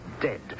dead